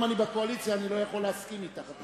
על אחת כמה